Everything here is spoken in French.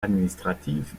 administratives